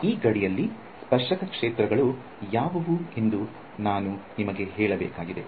ಈ ಗಡಿಯಲ್ಲಿ ಸ್ಪರ್ಶಕ ಕ್ಷೇತ್ರಗಳು ಯಾವುವು ಎಂದು ನಾನು ನಿಮಗೆ ಹೇಳಬೇಕಾಗಿದೆ